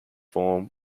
form